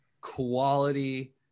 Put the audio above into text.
quality